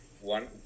one